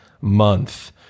month